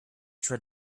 tried